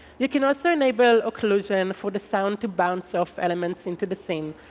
you can also enable occlusion for the sound to bounce off elements into the scene,